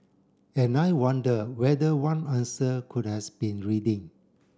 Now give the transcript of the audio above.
and I wonder whether one answer could has been reading